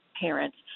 parents